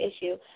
issue